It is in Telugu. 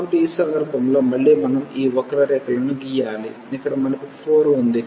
కాబట్టి ఈ సందర్భంలో మళ్లీ మనం ఈ వక్రరేఖలను గీయాలి ఇక్కడ మనకు 4 ఉంది